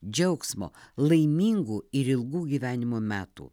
džiaugsmo laimingų ir ilgų gyvenimo metų